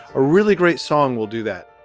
a really great song will do that